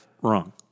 wrong